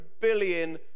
billion